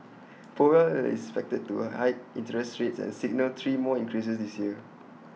powell is expected to hike interest rates and signal three more increases this year